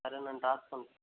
సరేనండి రాసుకోండి